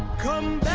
come